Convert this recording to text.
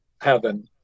heaven